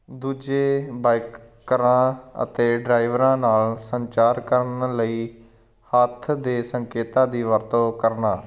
ਦੂਜੇ ਬਾਇਕਰਾਂ ਅਤੇ ਡਰਾਈਵਰਾਂ ਨਾਲ ਸੰਚਾਰ ਕਰਨ ਲਈ ਹੱਥ ਦੇ ਸੰਕੇਤਾਂ ਦੀ ਵਰਤੋਂ ਕਰਨਾ